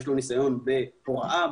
יש לו ניסיון בהוראה,